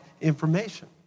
information